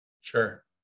Sure